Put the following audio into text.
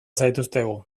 zaituztegu